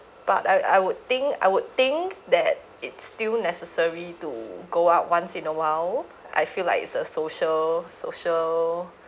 but I I would think I would think that it's still necessary to go out once in a while I feel like it's a social social